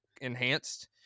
enhanced